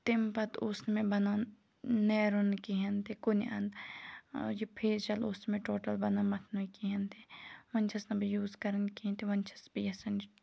تمہِ پَتہٕ اوس نہٕ مےٚ بَنان نیرُن کِہیٖنۍ تہِ کُنہِ اَنٛدٕ یہِ فیس جَل اوس نہٕ مےٚ ٹوٹَل بَنان مَتھنُے کِہیٖنۍ تہِ وۄنۍ چھس نہٕ بہٕ یوٗز کَران کِہیٖنۍ تہِ وۄنۍ چھس بہٕ یَژھان